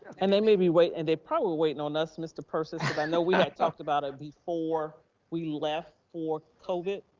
and then maybe wait. and they probably waiting on us mr. persis. i know we had talked about it before we left for covid.